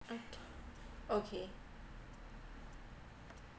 okay okay